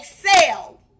excel